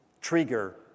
trigger